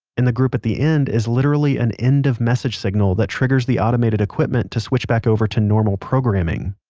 and the group at the end is literally an end of message signal that triggers the automated equipment to switch back over to normal programming